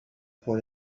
point